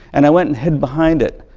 and i went and hid behind it.